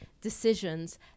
decisions